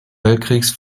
weltkriegs